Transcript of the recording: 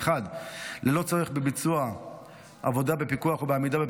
ללא צורך בביצוע עבודה בפיקוח ובעמידה בבחינות,